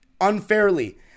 unfairly